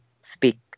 speak